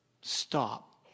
stop